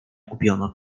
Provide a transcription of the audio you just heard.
kupiono